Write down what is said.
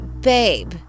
Babe